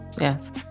yes